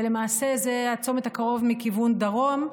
ולמעשה זה הצומת הקרוב מכיוון דרום.